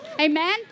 Amen